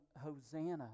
Hosanna